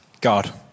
God